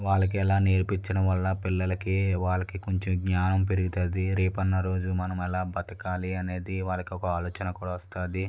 వాళ్ళకి ఎలా నేర్పించడం వాళ్ళ పిల్లలకి వాళ్ళకి కొంచెం జ్ఞానం పెరుగుతుంది రేపు అన్న రోజు మనం ఎలా బతకాలి అనేది వాళ్ళకి ఒక ఆలోచన కూడా వస్తుంది